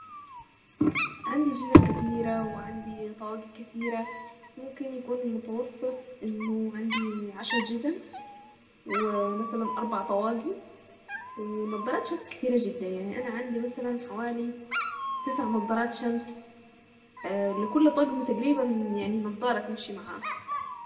عندي جزم كتيرة وعندي طواقي كتيرة ممكن يكون المتوسط انه عندي عشر جزم ومثلا اربع طواقي. ونضارات شمس كتيرة جدا يعني انا عندي مثلا حوالي تسع نضارات شمس لكل طقم تقريبا يعني نظارة تمشي معاه.